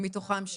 ומתוכן שש.